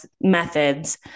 methods